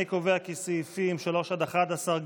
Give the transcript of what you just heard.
אני קובע כי סעיפים 3 11,